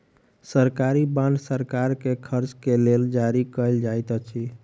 सरकारी बांड सरकार के खर्च के लेल जारी कयल जाइत अछि